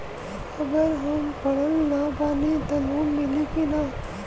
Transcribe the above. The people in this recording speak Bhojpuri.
अगर हम पढ़ल ना बानी त लोन मिली कि ना?